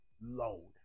load